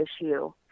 issue